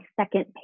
second